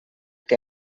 que